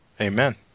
Amen